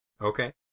Okay